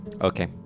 Okay